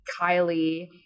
Kylie